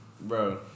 bro